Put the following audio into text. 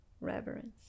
reverence